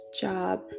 job